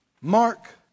Mark